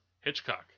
Hitchcock